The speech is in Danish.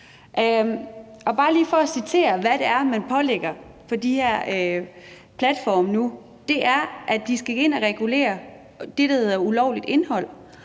vil bare lige citere, hvad det er, man nu pålægger de her platforme. De skal gå ind og regulere det, der hedder ulovligt indhold,